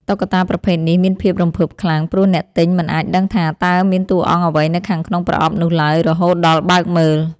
តុក្កតាប្រភេទនេះមានភាពរំភើបខ្លាំង ព្រោះអ្នកទិញមិនអាចដឹងថា តើមានតួអង្គអ្វីនៅខាងក្នុងប្រអប់នោះឡើយរហូតដល់បើកមើល។